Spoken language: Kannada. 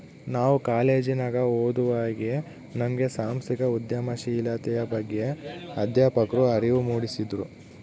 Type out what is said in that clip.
ನಾವು ಕಾಲೇಜಿನಗ ಓದುವಾಗೆ ನಮ್ಗೆ ಸಾಂಸ್ಥಿಕ ಉದ್ಯಮಶೀಲತೆಯ ಬಗ್ಗೆ ಅಧ್ಯಾಪಕ್ರು ಅರಿವು ಮೂಡಿಸಿದ್ರು